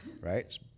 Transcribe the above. right